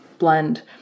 Blend